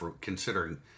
considering